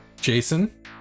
Jason